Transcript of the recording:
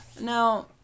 now